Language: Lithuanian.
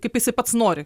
kaip jisai pats nori